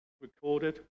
recorded